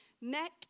Neck